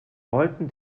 wollten